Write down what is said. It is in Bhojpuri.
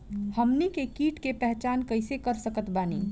हमनी के कीट के पहचान कइसे कर सकत बानी?